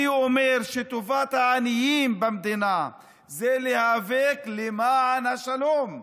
אני אומר שטובת העניים במדינה היא להיאבק למען השלום,